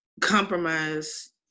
compromise